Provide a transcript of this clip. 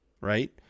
Right